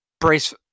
brace